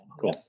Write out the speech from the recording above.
Cool